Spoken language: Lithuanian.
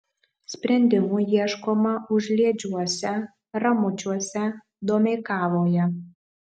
sprendimų ieškoma užliedžiuose ramučiuose domeikavoje